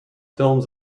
films